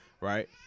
Right